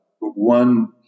one